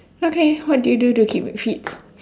okay what do you do to keep fit